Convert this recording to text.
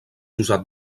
usat